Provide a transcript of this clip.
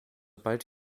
bald